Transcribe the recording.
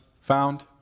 found